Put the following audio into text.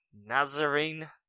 Nazarene